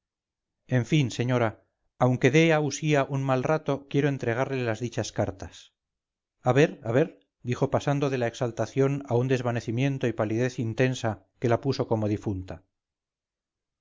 en fin señora aunque de a usía un mal rato quiero entregarle las dichas cartas a ver a ver dijo pasando de la exaltación a un desvanecimiento y palidez intensa que la puso como difunta